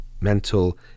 mental